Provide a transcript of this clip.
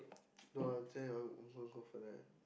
no ah actually I I wanna go for that